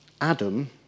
Adam